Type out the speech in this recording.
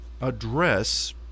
address